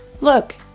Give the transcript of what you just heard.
Look